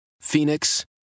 Phoenix